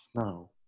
No